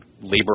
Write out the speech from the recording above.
labor